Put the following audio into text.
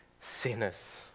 sinners